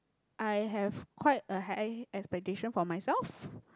I have quite a high expectation for myself